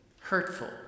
hurtful